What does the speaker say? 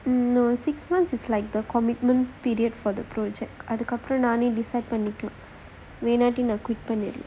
no six months is like the commitment period for the project அதுக்கு அப்புறம் நானே:athukku appuram naanae decide பண்ணிக்கலாம் வேண்டாட்டி நான்:pannikalaam vendaatti naan quit பண்ணிக்கலாம்:pannikalaam